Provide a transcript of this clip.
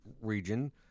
region